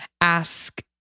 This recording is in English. ask